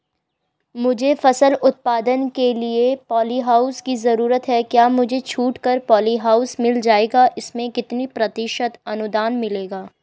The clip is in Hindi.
मुझे फसल उत्पादन के लिए प ॉलीहाउस की जरूरत है क्या मुझे छूट पर पॉलीहाउस मिल जाएगा इसमें कितने प्रतिशत अनुदान मिलेगा?